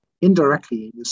indirectly